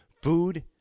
Food